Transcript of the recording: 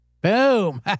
Boom